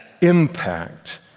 impact